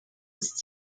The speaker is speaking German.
ist